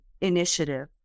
initiative